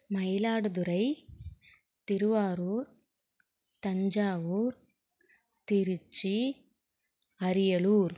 Mayiladuthurai Thiruvarur Thanjavur Tiruchi Ariyalur